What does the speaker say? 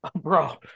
bro